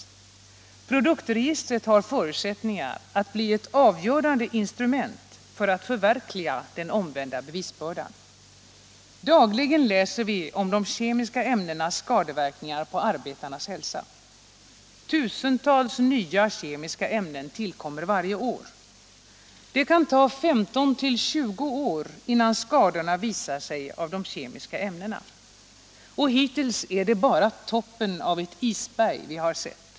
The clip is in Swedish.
Men produktregistret har förutsättningar att bli ett avgörande instrument för att förverkliga den omvända bevisbördan. Dagligen läser vi om de kemiska ämnenas skadeverkningar på arbetarnas hälsa. Tusentals nya kemiska ämnen tillkommer varje år. Det kan ta 15-20 år innan skadorna av de kemiska ämnena visar sig. Och hittills är det bara toppen av ett isberg vi sett.